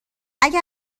اگه